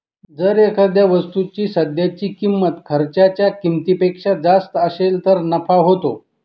जर एखाद्या वस्तूची सध्याची किंमत खर्चाच्या किमतीपेक्षा जास्त असेल तर नफा होतो